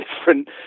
different